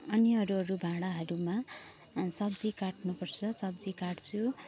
अनि अरू अरू भाँडाहरूमा सब्जी काट्नुपर्छ सब्जी काट्छु